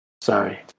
sorry